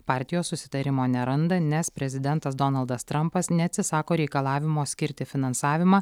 partijos susitarimo neranda nes prezidentas donaldas trampas neatsisako reikalavimo skirti finansavimą